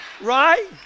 Right